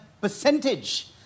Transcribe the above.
percentage